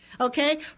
Okay